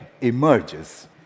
emerges